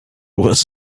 was